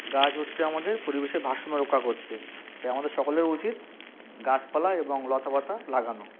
গাছ হচ্ছে আমাদের পরিবেশের ভারসাম্য রক্ষা কচ্ছে তাই আমাদের সকলের উচিত গাছপালা এবং লতাপাতা লাগানো